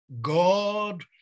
god